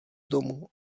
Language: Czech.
domu